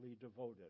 devoted